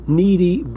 needy